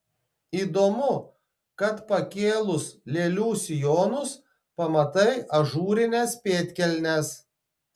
įdomu kad pakėlus lėlių sijonus pamatai ažūrines pėdkelnes